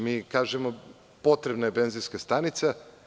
Mi kažemo – potrebna je benzinska stanica.